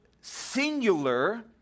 singular